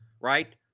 Right